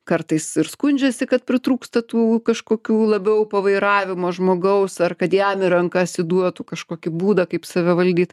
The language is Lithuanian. kartais ir skundžiasi kad pritrūksta tų kažkokių labiau po vairavimo žmogaus ar kad jam į rankas įduotų kažkokį būdą kaip save valdyt